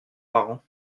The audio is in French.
parents